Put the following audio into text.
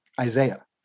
Isaiah